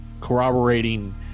corroborating